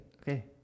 Okay